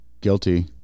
guilty